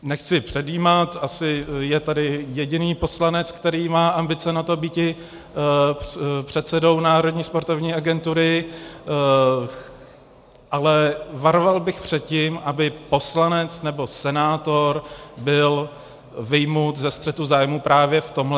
Nechci předjímat, asi je tady jediný poslanec, který má ambice na to býti předsedou Národní sportovní agentury, ale varoval bych před tím, aby poslanec nebo senátor byl vyjmut ze střetu zájmů právě v tomhle.